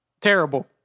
Terrible